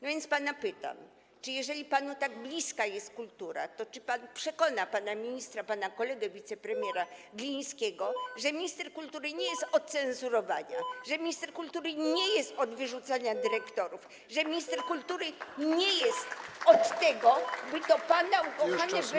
No więc pana pytam: Jeżeli panu tak bliska jest kultura, to czy pan przekona pana ministra, pana kolegę, wicepremiera Glińskiego, że minister kultury nie jest od cenzurowania, że minister kultury nie jest od wyrzucania dyrektorów, że minister kultury nie jest od tego, by to pana ukochane „Wesele”